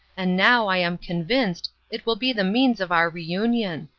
and now, i am convinced, it will be the means of our reunion.